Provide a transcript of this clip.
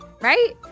right